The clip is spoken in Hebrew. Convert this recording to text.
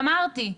ואמרתי,